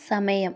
സമയം